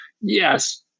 Yes